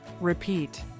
Repeat